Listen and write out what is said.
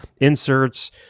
inserts